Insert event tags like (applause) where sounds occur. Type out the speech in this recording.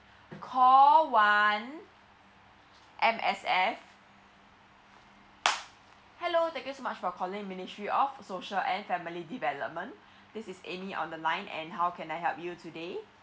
call one M_S_F hello thank you so much for calling ministry of social and family development (breath) this is amy on the line and how can I help you today